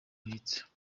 abitse